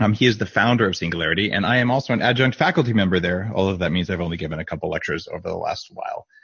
um he is the founder of singularity and i am also an adjunct faculty member there, all of that means i've only given a couple lectures over the last while,